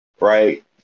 right